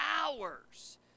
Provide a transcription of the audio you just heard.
hours